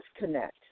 disconnect